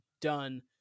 done